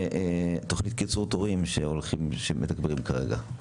ותוכנית קיצור תורים שהולכים, שמתגברים כרגע.